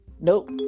Nope